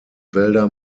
wälder